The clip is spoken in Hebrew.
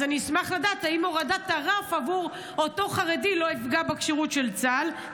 אז אני אשמח לדעת אם הורדת הרף עבור אותו חרדי לא תפגע בכשירות של צה"ל.